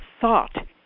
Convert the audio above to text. thought